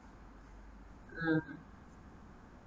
mm